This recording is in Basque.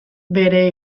bere